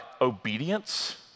obedience